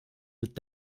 mit